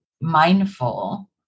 mindful